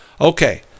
okay